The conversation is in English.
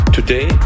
Today